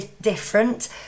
different